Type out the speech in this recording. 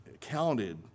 counted